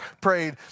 prayed